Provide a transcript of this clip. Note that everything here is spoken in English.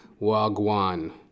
Wagwan